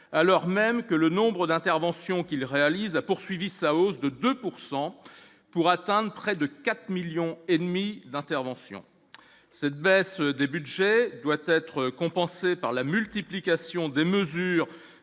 alors même que le nombre d'interventions qu'il réalisa poursuivi ça : hausse de 2 pourcent pour atteindre près de 4 millions et demi d'intervention, cette baisse des Budgets doit être compensée par la multiplication des mesures